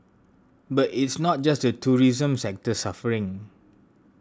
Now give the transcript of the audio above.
but it's not just the tourism sector suffering